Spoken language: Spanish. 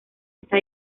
esta